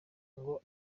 ngo